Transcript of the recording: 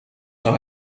zal